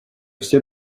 все